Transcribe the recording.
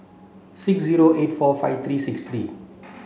six zero eight four five three six three